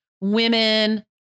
women